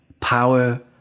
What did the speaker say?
power